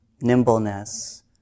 nimbleness